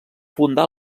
fundà